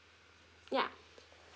ya